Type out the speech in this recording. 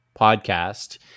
podcast